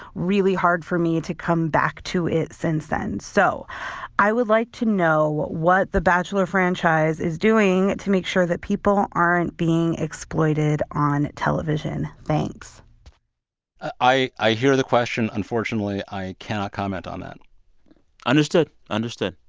really hard for me to come back to it since then. so i would like to know what what the bachelor franchise is doing to make sure that people aren't being exploited on television. thanks i i hear the question. unfortunately, i cannot comment on that understood, understood,